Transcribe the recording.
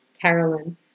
Carolyn